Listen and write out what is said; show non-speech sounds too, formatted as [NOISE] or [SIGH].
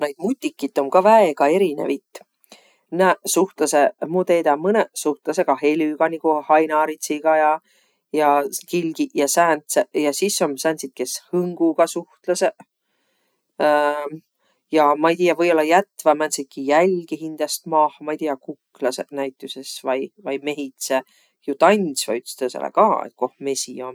Naid mutikit om ka väega erinevit. Nääq suhtlõsõq mu teedäq, mõnõq suhtlõsõq ka helügaq niguq hainaritsigaq ja ja kilgiq ja sääntseq. Ja sis om sääntsit, kes hõngugaq suhtlõsõq. [HESITATION] ja ma-i tiiäq või-ollaq jätväq määntsitki jälgi hindäst maaha, ma-i tiiäq kuklasõq näütüses vai. Vai mehidseq ju tands'vaq ütstõõsõlõ ka, et koh mesi om.